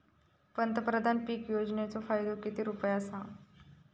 पंतप्रधान पीक योजनेचो फायदो किती रुपये आसा?